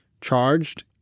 charged